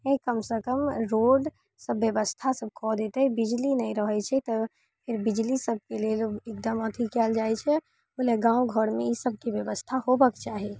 कम सँ कम रोड सब व्यवस्था सब कऽ दैते बिजली नहि रहै छै तऽ फेर बिजली सबके लेल एकदम अथी कयल जाइ छै ओइ लेल गाँव घरमे ई सबके व्यवस्था होबऽक चाही